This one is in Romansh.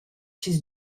chi’s